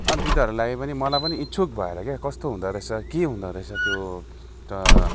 अनि तिनीहरूलाई पनि मलाई पनि इच्छुक भएर क्या कस्तो हुँदो रहेछ के हुँदो रहेछ त्यो त